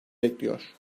bekliyor